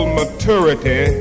maturity